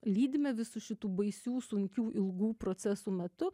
lydimevisų šitų baisių sunkių ilgų procesų metu